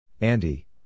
Andy